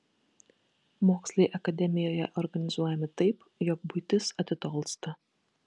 mokslai akademijoje organizuojami taip jog buitis atitolsta